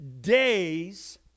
days